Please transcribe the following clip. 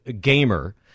gamer